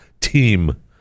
team